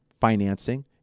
financing